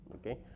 okay